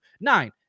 nine